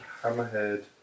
hammerhead